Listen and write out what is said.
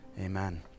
Amen